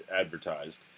advertised